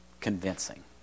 convincing